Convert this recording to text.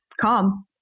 calm